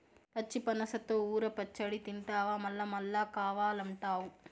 పచ్చి పనసతో ఊర పచ్చడి తింటివా మల్లమల్లా కావాలంటావు